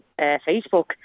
Facebook